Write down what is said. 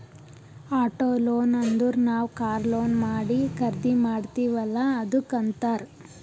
auto loan ಅಂದುರ್ ನಾವ್ car loan ಮಾಡಿ ಖರ್ದಿ ಮಾಡ್ತಿವಿ ಅಲ್ಲಾ ಅದ್ದುಕ್ ಅಂತ್ತಾರ್